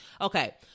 Okay